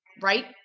right